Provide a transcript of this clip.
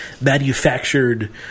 manufactured